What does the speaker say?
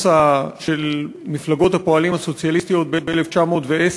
של מפלגות הפועלים הסוציאליסטיות ב-1910,